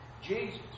Jesus